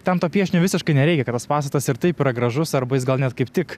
ten to piešinio visiškai nereikia kad tas pastatas ir taip yra gražus arba jis gal net kaip tik